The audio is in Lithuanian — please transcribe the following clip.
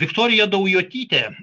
viktorija daujotytė